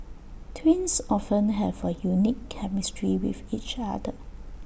twins often have A unique chemistry with each other